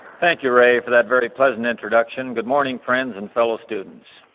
thank you, ray, for that very pleasant introduction. good morning friends and fellow students.